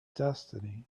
destiny